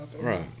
Right